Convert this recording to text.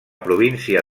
província